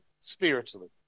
spiritually